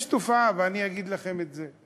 יש תופעה, ואני אגיד לכם את זה,